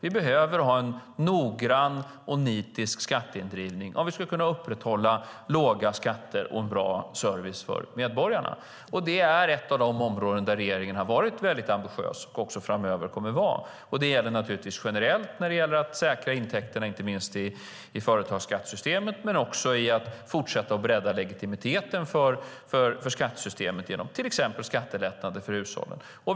Vi behöver ha en noggrann och nitisk skatteindrivning om vi ska kunna upprätthålla låga skatter och en bra service för medborgarna. Det är ett av de områden där regeringen har varit väldigt ambitiös, och kommer att vara det framöver. Det är vi naturligtvis generellt när det gäller att säkra intäkterna, inte minst i företagsskattesystemet, men också att fortsätta att bredda legitimiteten för skattesystemet genom till exempel skattelättnader för hushållen.